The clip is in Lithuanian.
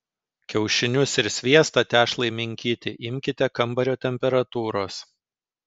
kiaušinius ir sviestą tešlai minkyti imkite kambario temperatūros